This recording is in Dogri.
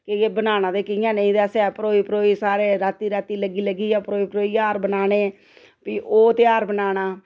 कि'यां बनाना ते कि'यां नेईं ते असें परोई परोई सारे रातीं रातीं लग्गी लग्गी परोई परोइयै हार बनाने फ्ही ओह् ध्यार बनाना